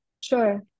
Sure